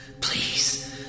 please